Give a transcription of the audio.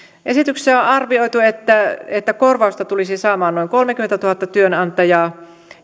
esityksessä on on arvioitu että että korvausta tulisi saamaan noin kolmekymmentätuhatta työnantajaa